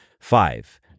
Five